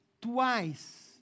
twice